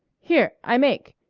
here i make.